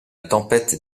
tempête